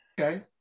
Okay